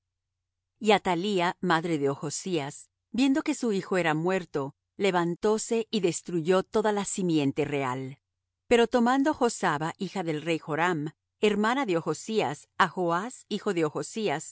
y athalia madre de ochzías viendo que su hijo era muerto levantóse y destruyó toda la simiente real pero tomando josaba hija del rey joram hermana de ochzías á joas hijo de